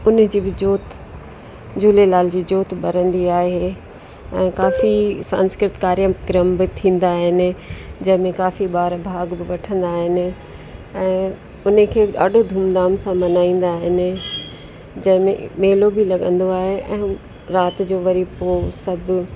उन जी बि जोति झूलेलाल जी जोति ॿरंदी आहे ऐं काफ़ी सांस्कृत्क कार्यक्रम बि थींदा आहिनि जंहिं में काफ़ी ॿार भाॻु बि वठंदा आहिनि ऐं उन खे ॾाढो धूमधाम सां मल्हाईंदा आहिनि जंहिं में मेलो बि लॻंदो आहे ऐं राति जो वरी पोइ सभु